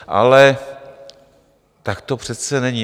Ale tak to přece není.